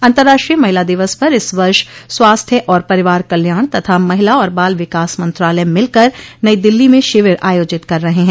अंतर्राष्ट्रीय महिला दिवस पर इस वर्ष स्वास्थ्य और परिवार कल्याण तथा महिला और बाल विकास मंत्रालय मिलकर नई दिल्ली में शिविर आयोजित कर रहे हैं